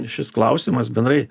šis klausimas bendrai